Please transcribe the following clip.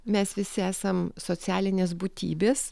mes visi esam socialinės būtybės